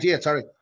sorry